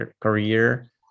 career